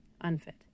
Unfit